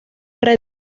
red